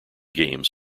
games